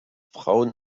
frauen